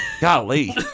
Golly